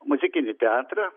muzikinį teatrą